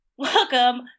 Welcome